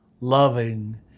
loving